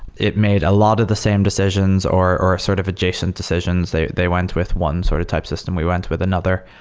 it made a lot of the same decisions or or sort of adjacent decisions. that went with one sort of type system. we went with another.